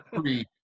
free